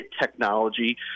technology